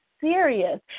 serious